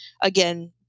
again